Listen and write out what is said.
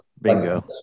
Bingo